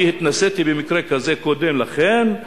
כי התנסיתי במקרה כזה קודם לכן,